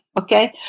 Okay